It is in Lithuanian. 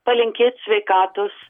palinkėt sveikatos